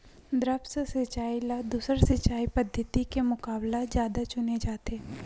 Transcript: द्रप्स सिंचाई ला दूसर सिंचाई पद्धिति के मुकाबला जादा चुने जाथे